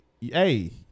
hey